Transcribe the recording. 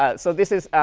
ah so, this is